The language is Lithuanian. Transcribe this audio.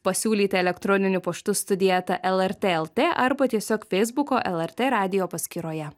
pasiūlyti elektroniniu paštu studija eta lrt lt arba tiesiog feisbuko lrt radijo paskyroje